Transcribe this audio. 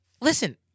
listen